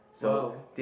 !wow!